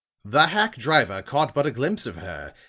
the hack driver caught but a glimpse of her,